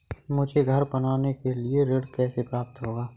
मुझे घर बनवाने के लिए ऋण कैसे प्राप्त होगा?